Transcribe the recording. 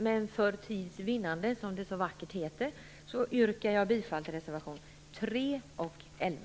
Men för tids vinnande, som det så vackert heter, yrkar jag endast bifall till reservation 3